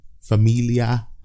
familia